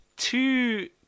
Two